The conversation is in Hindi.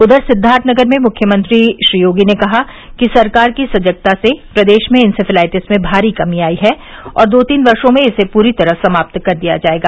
उधर सिद्वार्थनगर में मुख्यमंत्री श्री योगी ने कहा कि सरकार की सजगता से प्रदेश में इंसेफ्लाईटिस में भारी कमी आई है और दो तीन वर्षो में इसे पूरी तरह समाप्त कर दिया जायेगा